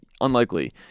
unlikely